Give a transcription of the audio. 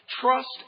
Trust